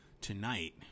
tonight